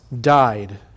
died